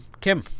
Kim